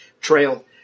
trail